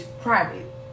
private